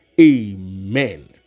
Amen